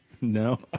No